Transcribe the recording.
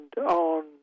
on